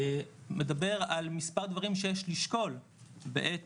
הוא מדבר על מספר דברים שיש לשקול בעת